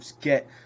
get